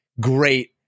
great